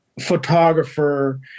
photographer